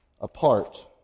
apart